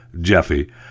Jeffy